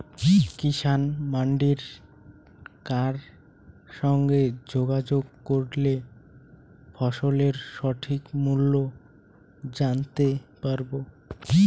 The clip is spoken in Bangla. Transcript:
কিষান মান্ডির কার সঙ্গে যোগাযোগ করলে ফসলের সঠিক মূল্য জানতে পারবো?